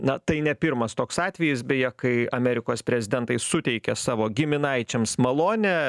na tai ne pirmas toks atvejis beje kai amerikos prezidentai suteikia savo giminaičiams malonę